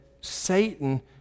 Satan